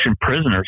prisoners